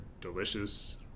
delicious